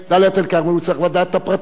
הוא צריך לדעת את הפרטים, הוא לא יודע אותם.